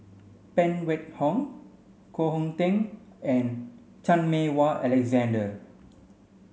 Phan Wait Hong Koh Hong Teng and Chan Meng Wah Alexander